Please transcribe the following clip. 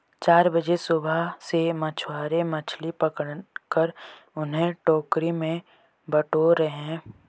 चार बजे सुबह से मछुआरे मछली पकड़कर उन्हें टोकरी में बटोर रहे हैं